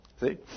See